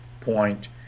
point